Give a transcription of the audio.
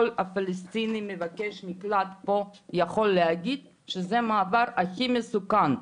כל פלסטיני מבקש מקלט פה יכול להגיד שזה המעבר הכי מסוכן,